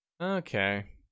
Okay